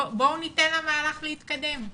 בואו ניתן למהלך להתקדם.